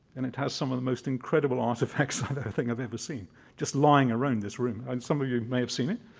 and it has some of the most incredible artifacts i think i've ever seen just lying around this room. and some of you may have seen it.